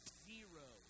zero